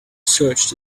searched